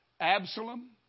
Absalom